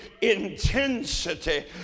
intensity